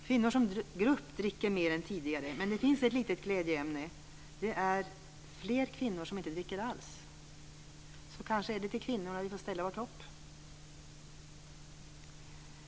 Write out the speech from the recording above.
Kvinnor som grupp dricker mer än tidigare. Men det finns ett litet glädjeämne. Det är fler kvinnor som inte dricker alls. Kanske är det till kvinnorna vi får ställa vårt hopp.